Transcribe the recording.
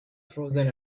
frozen